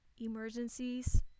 emergencies